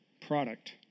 product